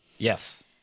Yes